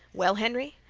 well, henry,